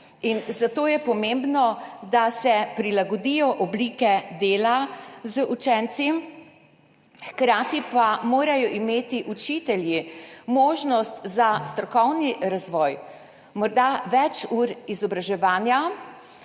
zato je pomembno, da se prilagodijo oblike dela z učenci, hkrati pa morajo imeti učitelji možnost za strokovni razvoj, morda več ur izobraževanja